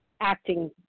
acting